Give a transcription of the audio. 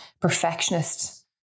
perfectionist